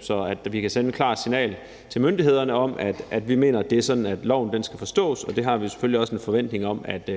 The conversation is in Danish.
så vi kan sende et klart signal til myndighederne om, at vi mener, at det er sådan, loven skal forstås, og at vi selvfølgelig også har en forventning om, at